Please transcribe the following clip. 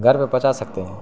گھر پہ پہنچا سکتے ہیں